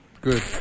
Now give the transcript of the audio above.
good